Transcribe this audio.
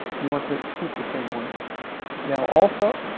you want to keep the same order now also,